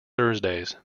thursdays